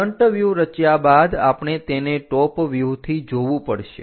front વ્યુહ રચ્યા બાદ આપણે તેને ટોપ વ્યૂહથી જોવું પડશે